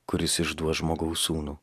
kuris išduos žmogaus sūnų